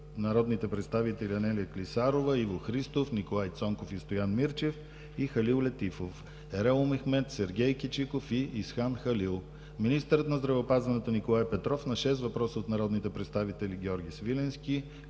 народните представители Анелия Клисарова, Иво Христов, Николай Цонков и Стоян Мирчев; и Халил Летифов, Ерол Мехмед, Сергей Кичиков и Исхан Халил; - министърът на здравеопазването Николай Петров – на шест въпроса от народните представители Георги Свиленски